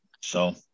So-